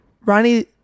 ronnie